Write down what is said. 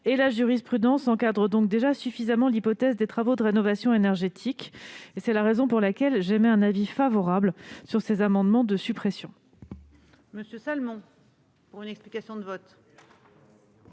La jurisprudence encadre donc déjà suffisamment l'hypothèse de travaux de rénovation énergétique. Pour ces raisons, j'émets un avis favorable sur ces amendements de suppression.